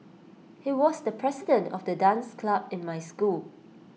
he was the president of the dance club in my school